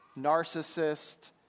narcissist